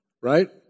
Right